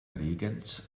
bregenz